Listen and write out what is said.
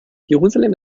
jerusalem